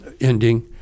ending